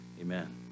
Amen